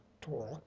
Torah